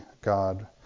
God